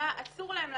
מה אסור להן לעשות.